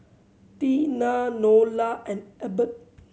Teena Nola and Ebert